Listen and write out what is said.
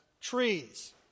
trees